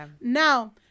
Now